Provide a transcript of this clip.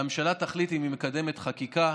והממשלה תחליט אם היא מקדמת חקיקה.